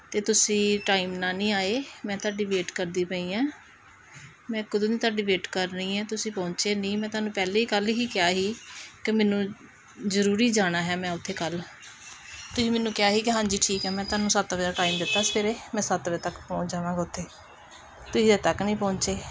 ਅਤੇ ਤੁਸੀਂ ਟਾਈਮ ਨਾਲ ਨਹੀਂ ਆਏ ਮੈਂ ਤੁਹਾਡੀ ਵੇਟ ਕਰਦੀ ਪਈ ਹਾਂ ਮੈਂ ਕਦੋਂ ਦੀ ਤੁਹਾਡੀ ਵੇਟ ਕਰ ਰਹੀ ਦੋਂ ਤੁਸੀਂ ਪਹੁੰਚੇ ਨਹੀਂ ਮੈਂ ਤੁਹਾਨੂੰ ਪਹਿਲਾਂ ਹੀ ਕੱਲ੍ਹ ਹੀ ਕਿਹਾ ਸੀ ਕਿ ਮੈਨੂੰ ਜ਼ਰੂਰੀ ਜਾਣਾ ਹੈ ਮੈਂ ਉੱਥੇ ਕੱਲ੍ਹ ਤੁਸੀਂ ਮੈਨੂੰ ਕਿਹਾ ਸੀ ਕਿ ਹਾਂਜੀ ਠੀਕ ਹੈ ਮੈਂ ਤੁਹਾਨੂੰ ਸੱਤ ਵਜੇ ਦਾ ਟਾਈਮ ਦਿੱਤਾ ਸਵੇਰੇ ਮੈਂ ਸੱਤ ਵਜੇ ਤੱਕ ਪਹੁੰਚ ਜਾਵਾਂਗਾ ਉੱਥੇ ਤੁਸੀਂ ਹਜੇ ਤੱਕ ਨਹੀਂ ਪਹੁੰਚੇ